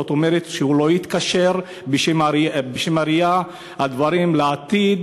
זאת אומרת שהוא לא יתקשר בשם העירייה לעתיד,